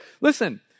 Listen